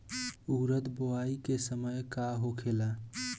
उरद बुआई के समय का होखेला?